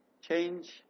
Change